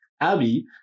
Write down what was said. Abby